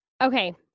Okay